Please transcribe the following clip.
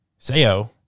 Sayo